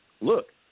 Look